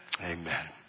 Amen